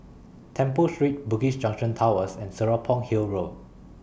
Temple Street Bugis Junction Towers and Serapong Hill Road